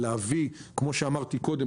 כמו שאמרתי קודם,